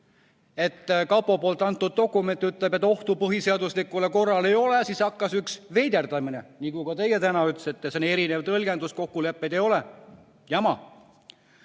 et kapo dokument ütleb, et ohtu põhiseaduslikule korrale ei ole, siis hakkas üks veiderdamine. Ka teie täna ütlesite, et on erinev tõlgendus, kokkuleppeid ei ole. Jama.